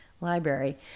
library